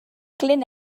glyn